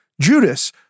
Judas